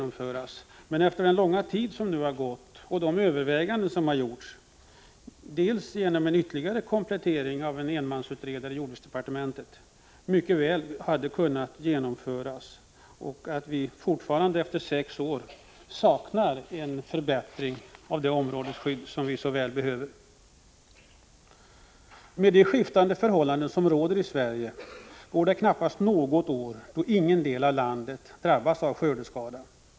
Men efter den långa tid som nu har gått och efter de överväganden som har skett, delvis kompletterade genom bidrag av en enmansutredare inom jordbruksdepartementet, hade förslaget mycket väl kunnat genomföras. Men fortfarande, efter sex år, saknar vi en förbättring av det områdesskydd som vi så väl behöver. Med de skiftande förhållanden som råder i Sverige går det knappast något år då ingen del av landet drabbas av skördeskada.